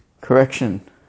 Correction